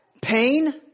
Pain